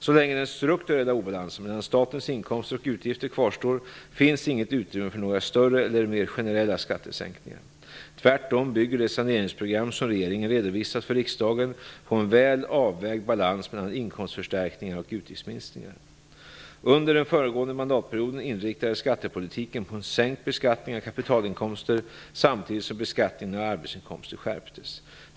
Så länge den strukturella obalansen mellan statens inkomster och utgifter kvarstår finns inget utrymme för några större eller mer generella skattesänkningar. Tvärtom bygger det saneringsprogram som regeringen redovisat för riksdagen på en väl avvägd balans mellan inkomstförstärkningar och utgiftsminskningar. Under den föregående mandatperioden inriktades skattepolitiken på en sänkt beskattning av kapitalinkomster samtidigt som beskattningen av arbetsinkomster skärptes.